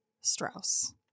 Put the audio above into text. Strauss